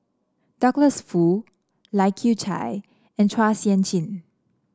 Douglas Foo Lai Kew Chai and Chua Sian Chin